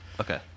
Okay